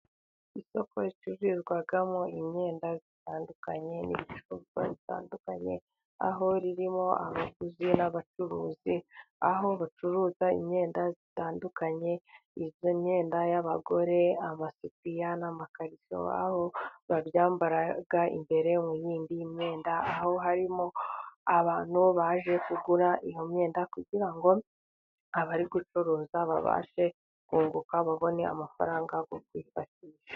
Isoko ricururizwamo imyenda itandukanye n'ibikorwa bitandukanye, aho ririmo abaguzi n'abacuruzi aho bacuruza imyenda zitandukanye izo myenda y'abagore abasutiya n'amakariso, aho babyambara imbere mu yindi myenda. Harimo abantu baje kugura iyo myenda kugira ngo abari gucuruza babashe kunguka babone amafaranga yo kwifashisha.